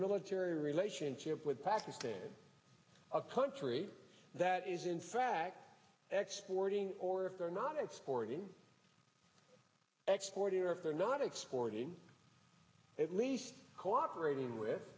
military relationship with pakistan a country that is in fact export ing or if they're not exporting export if they're not exporting at least cooperating with